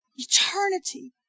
Eternity